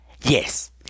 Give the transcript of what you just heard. Yes